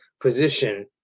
position